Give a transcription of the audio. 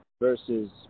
versus